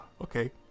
okay